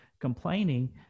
complaining